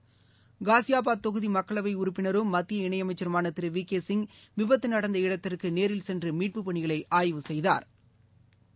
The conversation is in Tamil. னசியாபாத் தொகுதி மக்களவை உறுப்பினரும் மத்திய இணையமைச்சருமான திரு வி கே சிங் விபத்து நடந்த இடத்திற்கு நேரில் சென்று மீட்பு பணிகளை ஆய்வு செய்தாா்